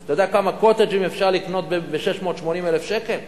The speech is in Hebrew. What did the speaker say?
אתה יודע כמה "קוטג'ים" אפשר לקנות ב-680,000 שקל?